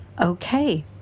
Okay